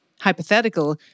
Hypothetical